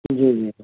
जी जी